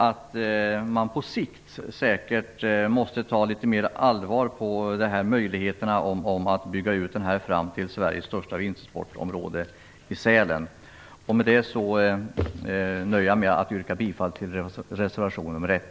På sikt måste man säkert ta litet mer allvarligt på möjligheterna att bygga ut den fram till Sveriges största vintersportområde i Sälen. Med det nöjer jag mig med att yrka bifall till reservation nr 1.